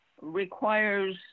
requires